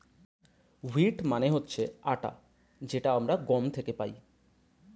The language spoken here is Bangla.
হুইট মানে হচ্ছে আটা যেটা আমরা গম থেকে পাই